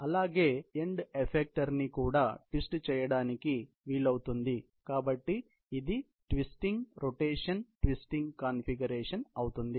అలాగే end effector ని కూడా ట్విస్ట్ చేయడానికి వీలవుతుంది కాబట్టి ఇది ట్విస్టింగ్ రొటేషన్ ట్విస్టింగ్ కాన్ఫిగరేషన్ అవుతుంది